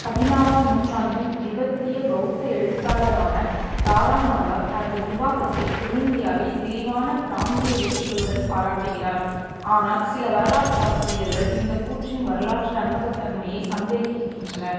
பதினாறாம் நூற்றாண்டின் திபெத்திய பெளத்த எழுத்தாளரான தாராநாதா தனது நிர்வாகத்தை தென்னிந்தியாவில் விரிவான பிராந்திய வெற்றிகளுடன் பாராட்டுகிறார் ஆனால் சில வரலாற்றாசிரியர்கள் இந்த கூற்றின் வரலாற்று நம்பகத்தன்மையை சந்தேகிக்கின்றனர்